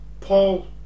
Paul